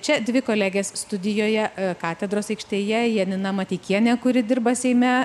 čia dvi kolegės studijoje katedros aikštėje janina mateikienė kuri dirba seime